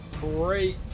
Great